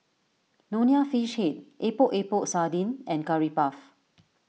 Nonya Fish Head Epok Epok Sardin and Curry Puff